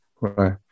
Right